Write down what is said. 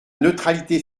neutralité